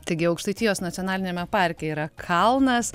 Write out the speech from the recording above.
taigi aukštaitijos nacionaliniame parke yra kalnas